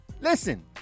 Listen